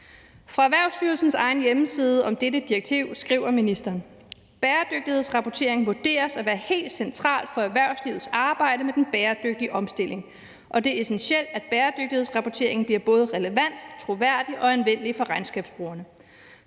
På Erhvervsstyrelsens egen hjemmeside skriver ministeren om dette direktiv: »Bæredygtighedsrapportering vurderes at være helt centralt for erhvervslivets arbejde med den bæredygtige omstilling, og det er essentielt, at bæredygtighedsrapporteringen bliver både relevant, troværdig og anvendelig for regnskabsbrugerne.